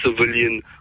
civilian